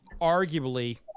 arguably